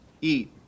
eat